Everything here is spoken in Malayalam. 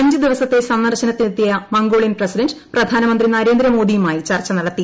അഞ്ച് ദിവസത്തെ സന്ദർശനത്തിനെത്തിയ മംഗോളിയൻ പ്രസിഡന്റ് പ്രധാനമന്ത്രി നരേന്ദ്രമോദിയുമായി ചർച്ച നടത്തി